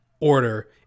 order